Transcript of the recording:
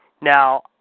Now